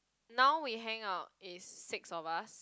now we hangout it's six of us